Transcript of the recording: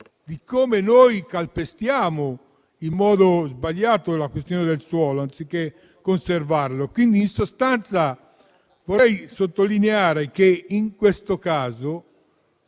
di come calpestiamo in modo sbagliato il suolo anziché conservarlo. In sostanza vorrei sottolineare che in questo caso